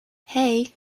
hey